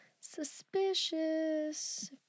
Suspicious